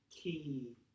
key